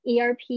ERP